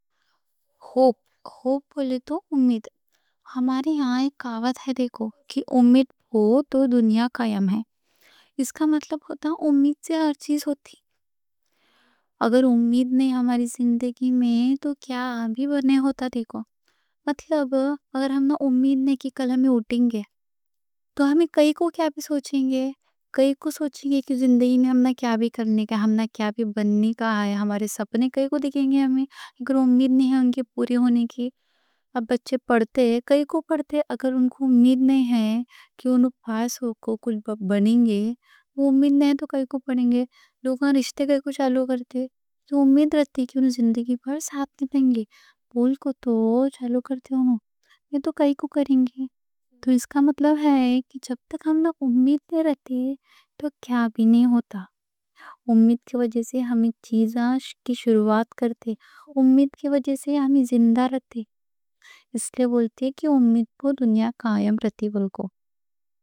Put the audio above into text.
ہوپ، ہوپ بولے تو امید، ہمارے یہاں ایک کہاوت ہے دیکھو کہ امید ہو تو دنیا قائم ہے۔ اس کا مطلب ہوتا ہے، امید سے ہر چیز ہوتی ہے۔ اگر امید نہیں ہماری زندگی میں تو کیا بھی بننے ہوتا، دیکھو۔ مثلاً اب اگر ہمنا امید نہیں کہ کل ہم اٹھیں گے تو ہمیں کائیں کوں کیا بھی سوچیں گے؟ کائیں کوں سوچیں گے کہ زندگی میں ہمنا کیا بھی کرنے کا ہے، ہمنا کیا بھی بننے کا ہے، ہمارے سپنے کائیں کوں دیکھیں گے ہمیں؟ اگر امید نہیں ہوں گے پورے ہونے کی۔ اب بچے پڑھتے کائیں کوں پڑھتے، اگر ان کو امید نہیں ہے کہ انہوں پاس ہوں گے، کل پاس بنیں گے، امید نہیں تو کائیں کوں پڑھیں گے؟ لوگ رشتے کائیں کوں چالو کرتے، تو امید رہتی کیوں زندگی پو ساتھ ملیں گے بول کو تو چالو کرتے، انہوں یہ تو کائیں کوں کریں گے؟ تو اس کا مطلب ہے کہ جب تک ہمنا امید نہیں رہتی تو کیا بھی نہیں ہوتا۔ امید کے وجہ سے ہم آس کی شروعات کرتے۔ امید کے وجہ سے ہم زندہ رہتے۔ اس لئے بولتے کہ امید پو دنیا قائم رہتی بول کو۔